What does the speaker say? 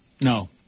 No